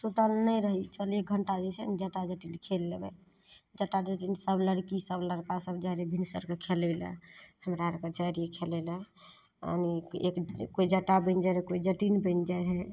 सुतल नहि रही चल एक घण्टा जे छै ने जटा जटिन खेल लेबय जटा जटिन सब लड़की सब लड़िका सब जाइ रहियै भिनसर कऽ खेलय लए हमरा अरके जाइ रहियै खेलय लए एनी एक कोइ जटा बनि जाइ रहय कोइ जटिन बनि जाइ रहय